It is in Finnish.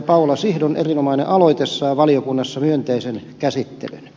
paula sihdon erinomainen aloite saa valiokunnassa myönteisen käsittelyn